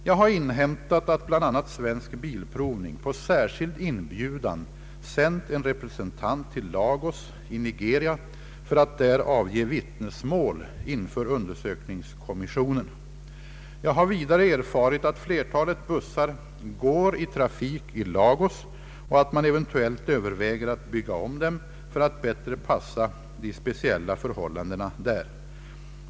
Jag har inhämtat, att bl.a. Svensk bilprovning på särskild inbjudan sänt en representant till Lagos i Nigeria för att där avge vittnesmål inför undersökningskommissionen. Jag har vidare er farit, att flertalet bussar går i trafik i Lagos och att man eventuellt överväger att bygga om dem för att bättre passa de speciella förhållandena där.